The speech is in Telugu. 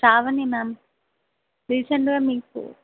శ్రావణి మ్యామ్ రీసెంట్గా మీకు